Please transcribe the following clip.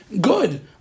good